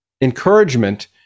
encouragement